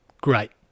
great